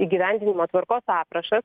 įgyvendinimo tvarkos aprašas